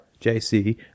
JC